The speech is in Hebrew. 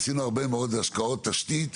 עשינו הרבה מאוד השקעות תשתית,